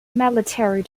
military